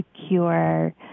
secure